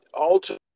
ultimately